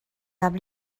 handy